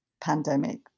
pandemic